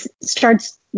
starts